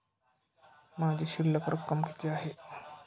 माझी शिल्लक रक्कम किती आहे?